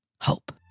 hope